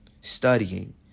studying